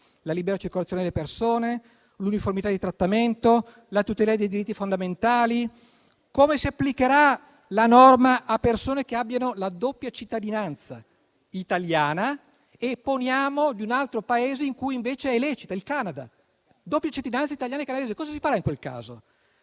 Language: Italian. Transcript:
(la libera circolazione delle persone, l'uniformità di trattamento, la tutela dei diritti fondamentali)? Come si applicherà la norma a persone che hanno la doppia cittadinanza: italiana e, poniamo, di un altro Paese in cui invece è lecita, ad esempio il Canada? Cosa si farà in caso